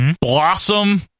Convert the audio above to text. Blossom